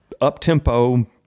up-tempo